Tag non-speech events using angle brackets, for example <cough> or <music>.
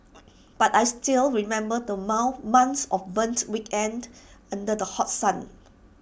but I still remember the <unintelligible> months of burnt weekends under the hot sun